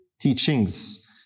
teachings